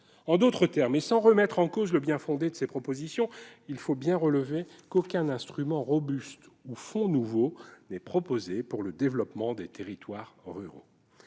En d'autres termes, sans remettre en cause le bien-fondé de ces propositions, il faut bien relever qu'aucun instrument robuste et aucun fonds nouveau ne sont proposés pour le développement des territoires ruraux.